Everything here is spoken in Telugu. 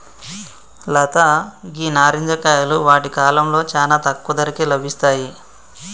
లత గీ నారింజ కాయలు వాటి కాలంలో చానా తక్కువ ధరకే లభిస్తాయి